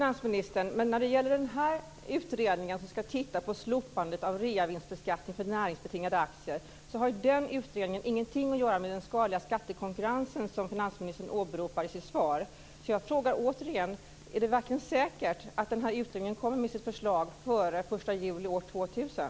Herr talman! Den utredning som ska titta på slopandet av reavinstbeskattning för näringsbetingade aktier har ingenting att göra med den skadliga skattekonkurrens som finansministern åberopar i sitt svar, så jag frågar återigen: Är det verkligen säkert att den här utredningen kommer med sitt förslag före den